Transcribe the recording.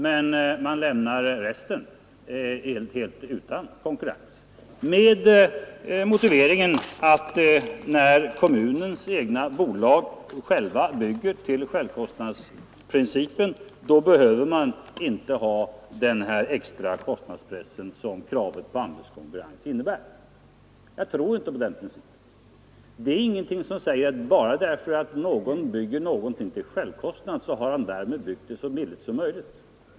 Resten lämnar man helt utan konkurrens med motiveringen, att när kommunens egna bolag bygger efter självkostnadsprincipen behöver man inte ha den extra kostnadspress som kravet på anbudskonkurrens innebär. Jag tror inte på den principen. Det är ingenting som säger att bara för att någon bygger till självkostnadspris har han därmed byggt så billigt som möjligt.